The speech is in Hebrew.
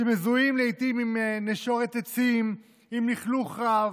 שמזוהים לעיתים עם נשורת עצים, עם לכלוך רב,